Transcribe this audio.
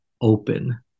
open